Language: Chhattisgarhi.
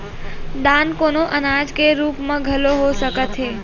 दान कोनो अनाज के रुप म घलो हो सकत हे